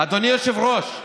אדוני היושב-ראש,